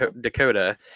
Dakota